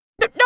No